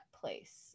place